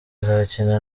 izakina